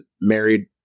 married